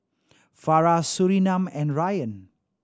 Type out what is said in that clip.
Farah Surinam and Ryan